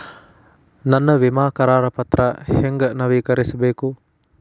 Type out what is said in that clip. ನನ್ನ ವಿಮಾ ಕರಾರ ಪತ್ರಾ ಹೆಂಗ್ ನವೇಕರಿಸಬೇಕು?